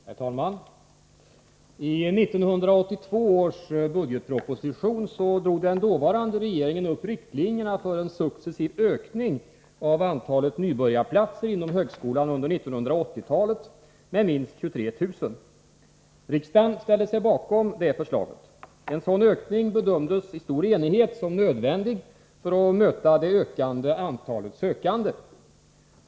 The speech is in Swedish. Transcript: Herr talman! I 1982 års budgetproposition drog den dåvarande regeringen upp riktlinjerna för en successiv ökning av antalet nybörjarplatser inom högskolan under 1980-talet med minst 23 000 platser. Riksdagen ställde sig bakom det förslaget. En sådan ökning bedömdes i stor enighet som nödvändig för att möta det ökande antalet sökande.